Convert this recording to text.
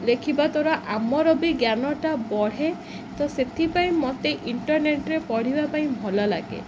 ଲେଖିବା ଦ୍ୱାରା ଆମର ବି ଜ୍ଞାନଟା ବଢ଼େ ତ ସେଥିପାଇଁ ମୋତେ ଇଣ୍ଟରନେଟ୍ରେ ପଢ଼ିବା ପାଇଁ ଭଲ ଲାଗେ